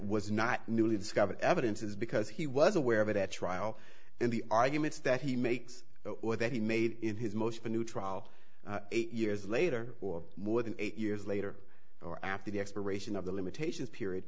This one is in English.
was not newly discovered evidence is because he was aware of it at trial and the arguments that he makes or that he made in his most new trial eight years later or more than eight years later or after the expiration of the limitations period